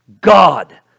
God